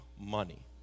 money